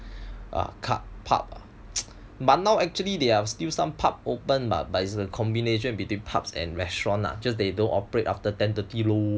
ah cub pub ah but now actually there are still some pub open mah but it's a combination between pub and restaurant lah just they don't operate after ten thirty lor